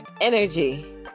energy